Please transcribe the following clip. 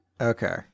Okay